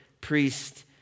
priest